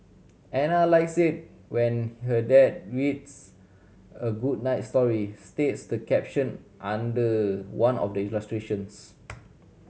Ana likes it when her dad reads a good night story states the caption under one of the illustrations